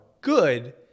good